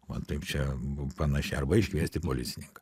man taip čia bu panašiai arba iškviesti policininką